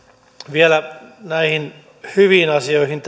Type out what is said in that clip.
vielä näihin hyviin asioihin